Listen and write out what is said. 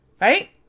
right